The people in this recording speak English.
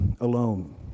alone